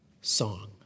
song